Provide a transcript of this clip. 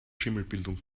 schimmelbildung